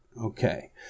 okay